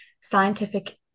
scientific